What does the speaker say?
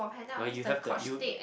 !wah! you have that you